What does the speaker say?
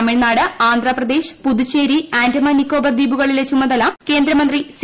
തമിഴ്നാട് ആന്ധ്രപ്രദേശ് പുതുട്ട്ചേരി ആൻഡമാൻ നിക്കോബാർ ദ്വീപുകളിലെ ചുമതലൂ കേന്ദ്രമന്ത്രി സി